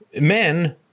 men